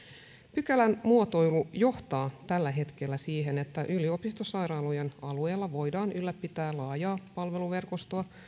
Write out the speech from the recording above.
pykälän muotoilu johtaa tällä hetkellä siihen että yliopistosairaalojen alueilla voidaan ylläpitää laajaa palveluverkostoa